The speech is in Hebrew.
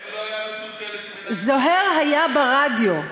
זוהיר היה ברדיו,